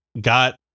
got